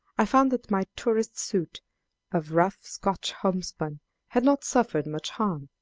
i found that my tourist suit of rough scotch homespun had not suffered much harm,